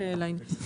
לא.